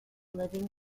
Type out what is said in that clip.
living